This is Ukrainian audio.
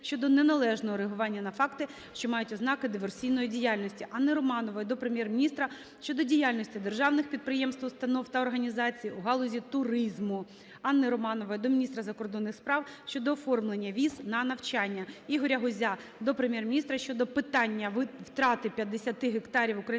щодо неналежного реагування на факти, що мають ознаки диверсійної діяльності. Анни Романової до Прем'єр-міністра щодо діяльності державних підприємств, установ та організацій у галузі туризму. Анни Романової до міністра закордонних справ щодо оформлення віз на навчання. Ігоря Гузя до Прем'єр-міністра щодо питання втрати 50 гектарів української